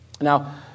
Now